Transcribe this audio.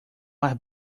más